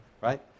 Right